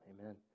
amen